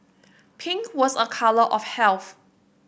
pink was a colour of health